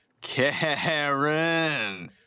Karen